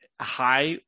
High